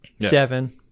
Seven